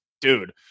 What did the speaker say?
dude